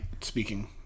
speaking